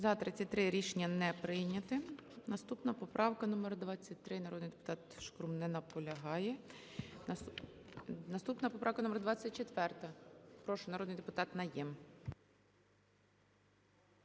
За-33 Рішення не прийнято. Наступна поправка номер 23, народний депутат Шкрум. Не наполягає. Наступна поправка номер 24. Прошу, народний депутат Найєм.